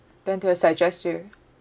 then they will suggest you